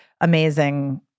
amazing